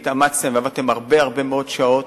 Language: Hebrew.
והתאמצתם ועבדתם הרבה מאוד שעות,